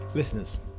Listeners